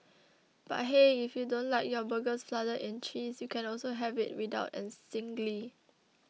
but hey if you don't like your burgers flooded in cheese you can also have it without and singly